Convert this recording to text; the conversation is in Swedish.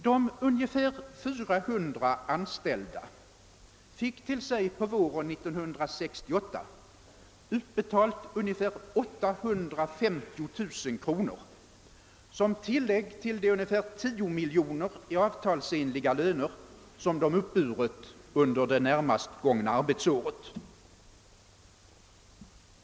De ungefär 400 anställda fick till sig på våren 1968 utbetalat ungefär 850 000 kronor som tilllägg till de ungefär 10 miljoner i avtalsenliga löner som de uppburit under det närmast gångna arbetsåret.